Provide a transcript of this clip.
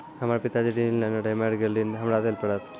हमर पिताजी ऋण लेने रहे मेर गेल ऋण हमरा देल पड़त?